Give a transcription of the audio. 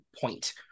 point